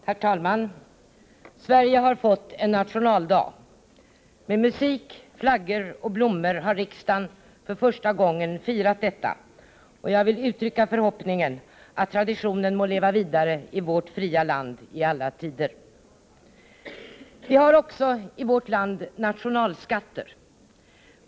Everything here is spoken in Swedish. Herr talman! Sverige har fått en nationaldag. Med musik, flaggor och blommor har riksdagen för första gången firat detta, och jag vill uttrycka förhoppningen att traditionen i alla tider må leva vidare i vårt fria land. Vi har i vårt land också nationalskatter.